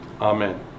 amen